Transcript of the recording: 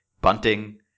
bunting